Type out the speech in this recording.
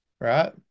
right